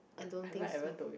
I don't think so